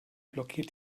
blockiert